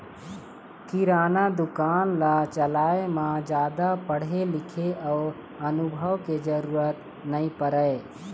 किराना दुकान ल चलाए म जादा पढ़े लिखे अउ अनुभव के जरूरत नइ परय